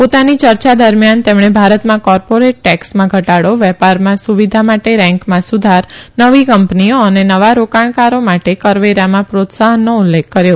પોતાની ચર્યા દરમિથાન તેમણે ભારતમાં કોર્પોરેટ ટેકસમાં ઘટાઊ વેપારમાં સુવિધા માટે રેન્કમાં સુધાર નવી કંપનીઓ અને નવા રોકાણકારો માટે કરવેરામાં પ્રોત્સાહનનો ઉલ્લેખ કર્યો